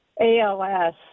ALS